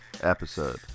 episode